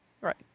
Right